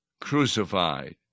crucified